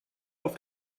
auf